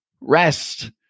rest